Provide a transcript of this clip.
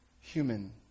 human